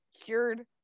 cured